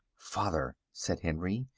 father, said henry,